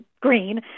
green